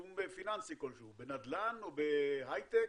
תחום פיננסי כלשהו, בנדל"ן, בהייטק